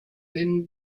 then